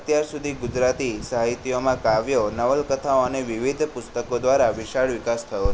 અત્યાર સુધી ગુજરાતી સાહિત્યમાં કાવ્યો નવલકથાઓ અને વિવિધ પુસ્તકો દ્વારા વિશાળ વિકાસ થયો